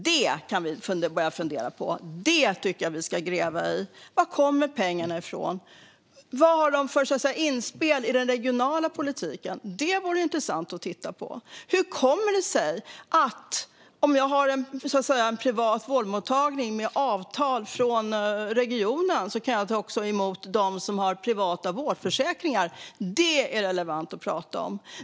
Det kan vi börja fundera på; det tycker jag att vi ska gräva i. Var kommer pengarna ifrån? Vad har de för inspel i den regionala politiken? Det vore intressant att titta på. Hur kommer det sig att jag, om jag har en privat vårdmottagning som har avtal med regionen, också kan ta emot dem som har privata vårdförsäkringar? Det är relevant att prata om.